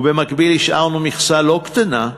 ובמקביל השארנו מכסה לא קטנה,